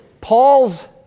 Paul's